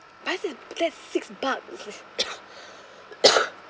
buy them that's six bucks